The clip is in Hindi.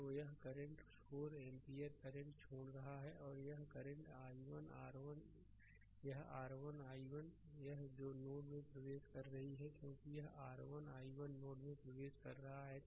तो यह करंट 4 एम्पीयर करंट छोड़ रहा है और यह करंट i1 r1 यह r1 i1 है जो नोड में प्रवेश कर रही है क्योंकि यह r i1 नोड में प्रवेश कर रहा है